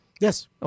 Yes